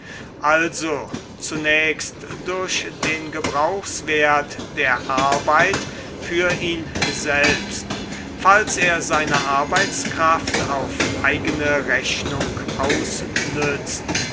also zunächst durch den gebrauchswert der arbeit für ihn selbst falls er seine arbeitskraft auf eigene rechnung ausnützt